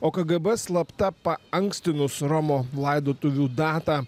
o kgb slapta paankstinus romo laidotuvių datą